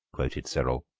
quoted cyril.